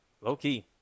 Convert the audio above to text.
low-key